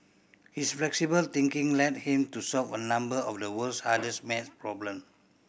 his flexible thinking led him to solve a number of the world's hardest math problems